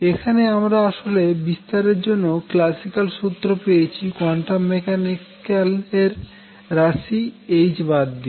এখানে আমরা আসলে বিস্তারের জন্য ক্ল্যাসিক্যাল সুত্র পেয়েছি কোয়ান্টাম মেকানিক্যাল এর রাশি h বাদ দিয়ে